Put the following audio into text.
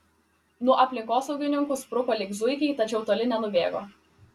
nuo aplinkosaugininkų spruko lyg zuikiai tačiau toli nenubėgo